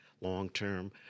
long-term